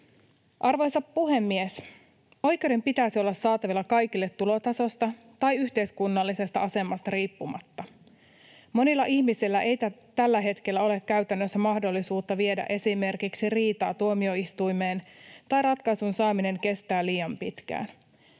Arvoisa puhemies! Oikeuden pitäisi olla saatavilla kaikille tulotasosta tai yhteiskunnallisesta asemasta riippumatta. Monilla ihmisillä ei tällä hetkellä ole käytännössä mahdollisuutta viedä esimerkiksi riitaa tuomioistuimeen, tai ratkaisun saaminen kestää liian pitkään.